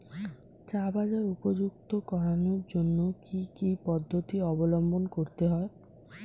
চা বাজার উপযুক্ত করানোর জন্য কি কি পদ্ধতি অবলম্বন করতে হয়?